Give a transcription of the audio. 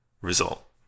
result